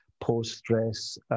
post-stress